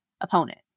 opponent